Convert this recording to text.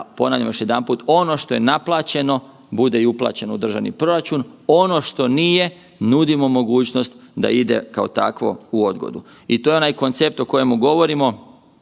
ponavljam još jedanput, ono što je naplaćeno bude i uplaćeno u državni proračun, ono što nije nudimo mogućnost da ide kao takvo u odgodu. I to je onaj koncept o kojemu govorimo